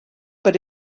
but